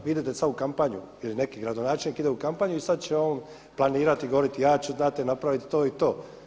Vi idete sad u kampanju ili neki gradonačelnik ide u kampanju i sad će on planirati, govoriti ja ću dati napraviti to i to.